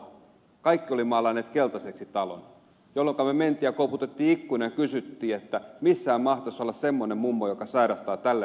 kaikki olivat maalanneet talonsa keltaiseksi jolloinka me menimme ja koputimme ikkunaan ja kysyimme että missähän mahtaisi olla semmoinen mummo joka sairastaa tällaista ja tällaista